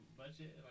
budget